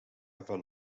ever